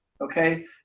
okay